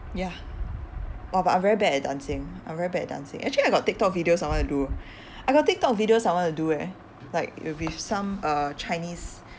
ya !wah! but I'm very bad at dancing I'm very bad at dancing actually I got tiktok videos I want to do I got tiktok videos I want to do eh like with some uh chinese